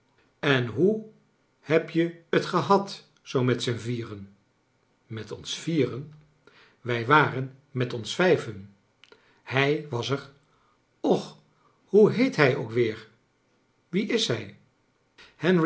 en hoe hebt je t gehad zoo met je vieren met ons vieren wij waren met oiis vijven hij was er och hoe heet hij ook weer wie is hij